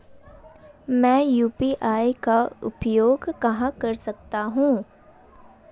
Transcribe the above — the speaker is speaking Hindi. मैं यू.पी.आई का उपयोग कहां कर सकता हूं?